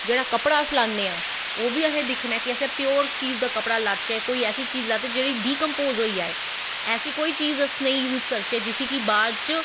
जेह्ड़े अस कपड़ा लान्नें आं ओह् बी असैं दिक्खनां ऐ कि प्योर चीज़ दा अस कपड़ा लाच्चै कोई ऐसी चीज़ लाच्चै जो डिकंपोज़ होई जाए ऐसी कोई चीज़ अस यूज़ करचै कि बाद च